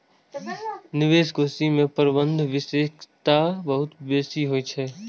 निवेश कोष मे प्रबंधन विशेषज्ञता बहुत बेसी होइ छै